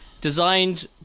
Designed